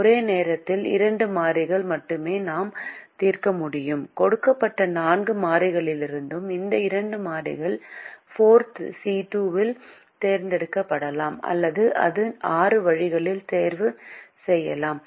ஒரு நேரத்தில் இரண்டு மாறிகள் மட்டுமே நாம் தீர்க்க முடியும் கொடுக்கப்பட்ட நான்கு மாறிகளிலிருந்து இந்த இரண்டு மாறிகள் 4C2 இல் தேர்ந்தெடுக்கப்படலாம் அல்லது அதை ஆறு வழிகளில் தேர்வு செய்யலாம்